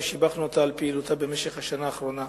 ושיבחנו אותה על פעילותה במשך השנה האחרונה.